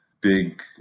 big